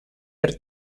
per